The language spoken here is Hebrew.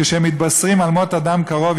כשהם מתבשרים על מות אדם קרוב,